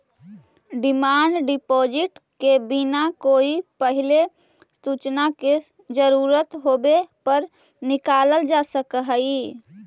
demand deposit के बिना कोई पहिले सूचना के जरूरत होवे पर निकालल जा सकऽ हई